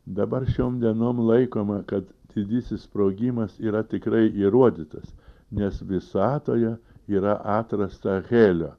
dabar šiom dienom laikoma kad didysis sprogimas yra tikrai įrodytas nes visatoje yra atrasta helio